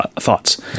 thoughts